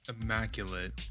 immaculate